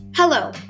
Hello